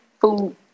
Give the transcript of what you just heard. food